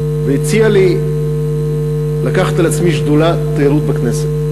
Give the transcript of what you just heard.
והציע לי לקחת על עצמי שדולת תיירות בכנסת.